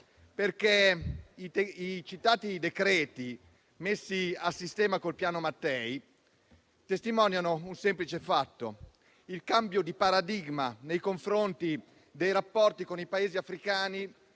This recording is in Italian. perché i citati decreti messi a sistema col Piano Mattei testimoniano un semplice fatto: il cambio di paradigma nei confronti dei rapporti con i Paesi africani